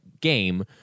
game